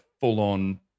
full-on